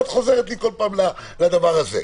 ואת חוזרת כל הזמן לדבר הזה.